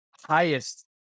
highest